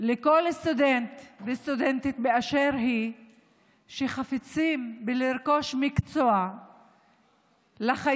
לכל סטודנט וסטודנטית באשר הם שחפצים לרכוש מקצוע לחיים,